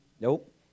Nope